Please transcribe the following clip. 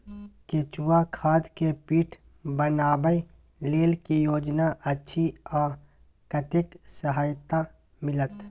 केचुआ खाद के पीट बनाबै लेल की योजना अछि आ कतेक सहायता मिलत?